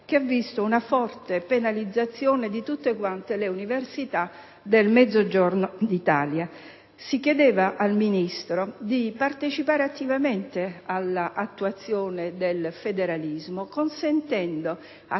che ha visto una forte penalizzazione di tutte le università del Mezzogiorno d'Italia. Si chiede al Ministro di partecipare attivamente all'attuazione del federalismo, consentendo a